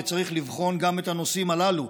וצריך לבחון גם את הנושאים הללו.